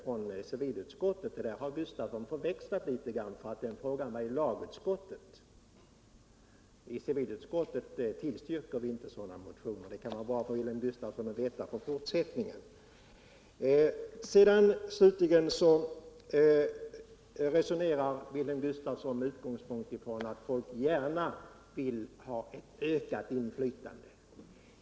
Men det här har Wilhelm Gustafsson förväxlat, eftersom den fråga det då gällde behandlades av lagutskottet. I civilutskottet tillstyrker vi inte sådana motioner — det kan vara bra för Wilhelm Gustafsson att veta för framtiden. Jag vill slutligen anknyta till det resonemang som Wilhelm Gustafsson förde med utgångspunkt i att folk gärna vill ha et ökat inflytande när det gäller boendet.